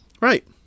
Right